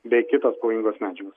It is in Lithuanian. bei kitos pavojingos medžiagos